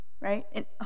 Right